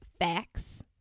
Facts